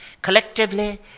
Collectively